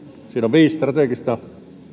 viisi strategista